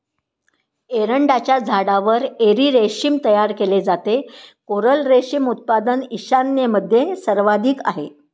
एरंडाच्या झाडावर एरी रेशीम तयार केले जाते, कोरल रेशीम उत्पादन ईशान्येमध्ये सर्वाधिक आहे